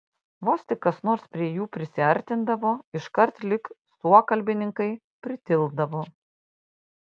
vos tik kas nors prie jų prisiartindavo iškart lyg suokalbininkai pritildavo